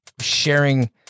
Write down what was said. Sharing